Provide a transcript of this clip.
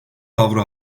avro